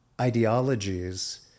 ideologies